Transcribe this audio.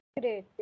Great